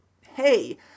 hey